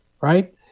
right